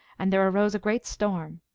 and there arose a great storm.